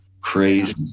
Crazy